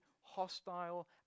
hostile